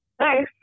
Hi